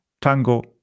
Tango